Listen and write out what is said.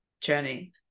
journey